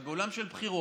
אבל בעולם של בחירות,